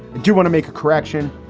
do you want to make a correction?